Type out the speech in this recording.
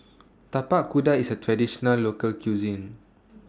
Tapak Kuda IS A Traditional Local Cuisine